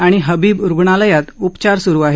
आणि हबीब रुग्णालयात उपचार स्रू आहेत